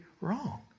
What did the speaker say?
wrong